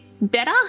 better